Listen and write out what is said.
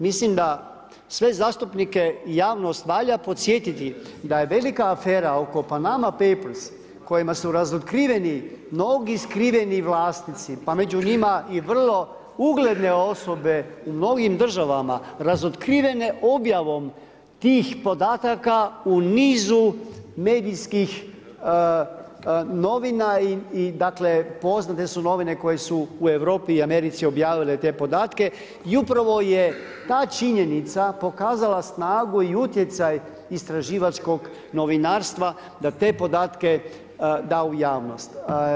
Mislim da sve zastupnike javnost valja podsjetiti da je velika afera oko „Panama papers“ kojima su razotkriveni mnogi skriveni vlasnici, pa među njima i vrlo ugledne osobe u mnogim državama razotkrivene objavom tih podataka u nizu medijskih novina i dakle, poznate su novine koje su u Europi i Americi objavile te podatke i upravo je ta činjenica pokazala snagu i utjecaj istraživačkog novinarstva da te podatke da u javnosti.